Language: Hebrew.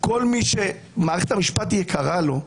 כל מי שמערכת המשפט יקרה לו,